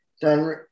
done